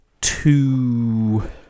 two